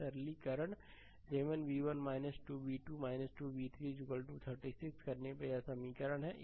सरलीकरण 7 v1 2 v2 2 v3 36 करने पर यह समीकरण 1 है